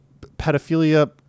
pedophilia